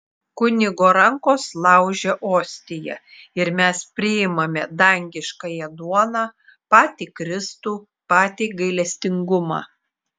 kunigo rankos laužia ostiją ir mes priimame dangiškąją duoną patį kristų patį gailestingumą